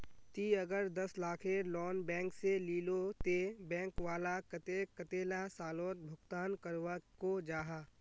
ती अगर दस लाखेर लोन बैंक से लिलो ते बैंक वाला कतेक कतेला सालोत भुगतान करवा को जाहा?